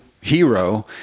hero